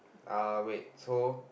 uh wait so